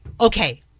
okay